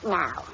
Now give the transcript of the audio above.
now